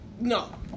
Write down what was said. no